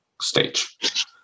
stage